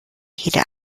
rede